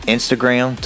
Instagram